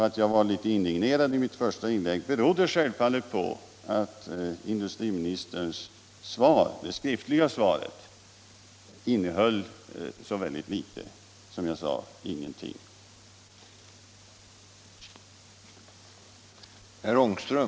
Att jag var litet indignerad i mitt första inlägg berodde självfallet på att industriministerns skriftliga svar innehöll egentligen ingenting, som jag sade.